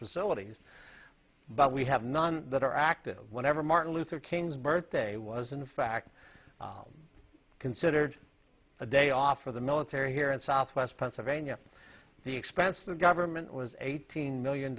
facilities but we have none that are active whenever martin luther king's birthday was in fact considered a day off for the military here in southwest pennsylvania the expense the government was eighteen million